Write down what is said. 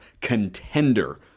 contender